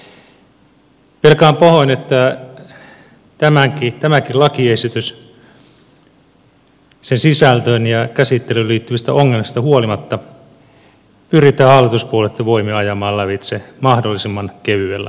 pelkään pahoin että tämäkin lakiesitys sen sisältöön ja käsittelyyn liittyvistä ongelmista huolimatta pyritään hallituspuolueitten voimin ajamaan lävitse mahdollisimman kevyellä käsittelyllä